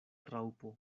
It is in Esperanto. raŭpo